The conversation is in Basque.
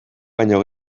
baino